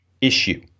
issue